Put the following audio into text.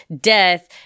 death